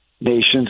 Nations